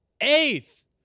eighth